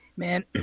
Man